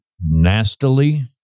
nastily